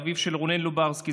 אביו של רונן לוברסקי,